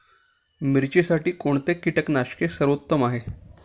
मिरचीसाठी कोणते कीटकनाशके सर्वोत्तम आहे?